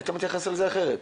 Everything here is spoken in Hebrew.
היית מתייחס לזה אחרת.